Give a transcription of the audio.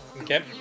Okay